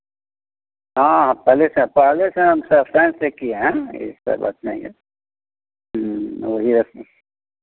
हाँ हाँ पहले से पहले से हम साइंस से किए हैं ऐसा बात नहीं है वही